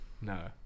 No